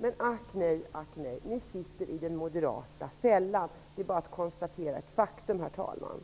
Men ack nej, ack nej! Ni sitter i den moderata fällan. Det är bara att konstatera faktum, herr talman.